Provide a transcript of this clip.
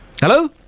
Hello